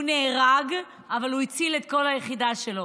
הוא נהרג, אבל הוא הציל את כל היחידה שלו.